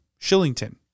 Shillington